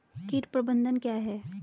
कीट प्रबंधन क्या है?